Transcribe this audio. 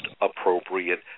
appropriate